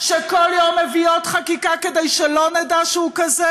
שכל יום מביא עוד חקיקה כדי שלא נדע שהוא כזה.